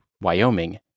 Wyoming